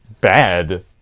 bad